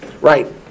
Right